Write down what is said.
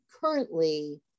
currently